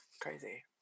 crazy